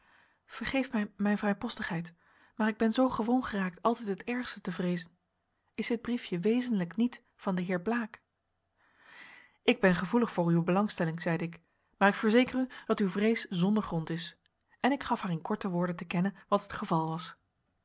vergeef mij mijn vrijpostigheid maar ik ben zoo gewoon geraakt altijd het ergste te vreezen is dit briefje wezenlijk niet van den heer blaek ik ben gevoelig voor uwe belangstelling zeide ik maar ik verzeker u dat uw vrees zonder grond is en ik gaf haar in korte woorden te kennen wat het geval was